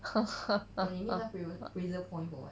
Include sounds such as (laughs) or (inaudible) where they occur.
(laughs)